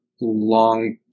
long